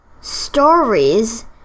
stories